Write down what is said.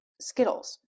Skittles